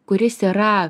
kuris yra